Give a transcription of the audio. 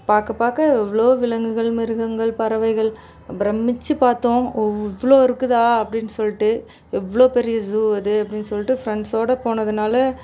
பார்க்க பார்க்க எவ்வளோ விலங்குகள் மிருகங்கள் பறவைகள் பிரமித்து பார்த்தோம் இவ்வளோ இருக்குதா அப்படின் சொல்லிட்டு எவ்வளோ பெரிய ஜூ அது அப்படின் சொல்லிட்டு ஃப்ரெண்ட்சோடு போனதினால